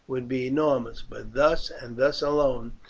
would be enormous, but thus, and thus alone,